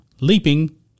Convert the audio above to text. leaping